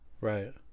right